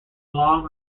long